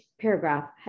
paragraph